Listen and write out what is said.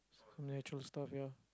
natural stuff ya